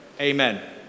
Amen